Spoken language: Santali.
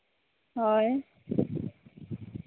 ᱦᱳᱭ